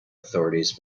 authorities